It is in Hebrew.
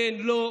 כן, לא.